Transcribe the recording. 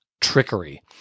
trickery